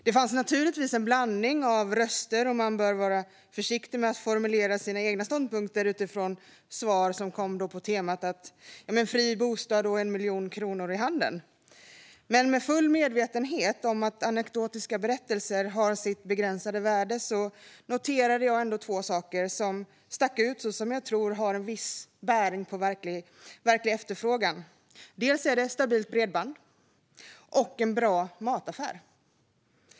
Det fanns naturligtvis en blandning av röster, och man bör vara försiktig med att formulera sina egna ståndpunkter utifrån svar på temat "fri bostad och 1 miljon kronor i handen". Men med full medvetenhet om att anekdotiska berättelser har sitt begränsade värde noterade jag ändå två saker som stack ut och som jag tror har viss bäring på verklig efterfrågan: stabilt bredband och en bra mataffär.